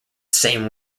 same